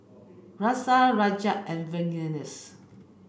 Razia Rajat and Verghese